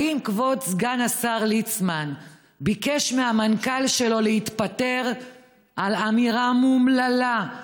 האם כבוד סגן השר ליצמן ביקש מהמנכ"ל שלו להתפטר על אמירה אומללה,